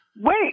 wait